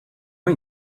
hay